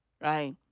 Right